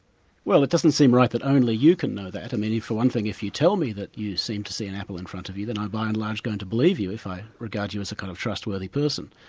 well it doesn't seem right that only you can know that. for one thing, if you tell me that you seem to see an apple in front of you, then i'm by and large going to believe you if i regard you as a kind of trustworthy person.